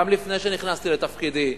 גם לפני שנכנסתי לתפקידי,